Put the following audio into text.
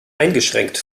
eingeschränkt